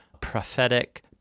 prophetic